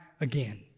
again